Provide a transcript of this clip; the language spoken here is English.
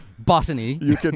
Botany